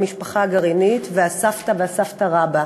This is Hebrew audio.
המשפחה הגרעינית והסבתא והסבתא-רבא.